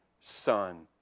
Son